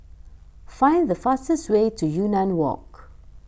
find the fastest way to Yunnan Walk